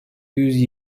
yüz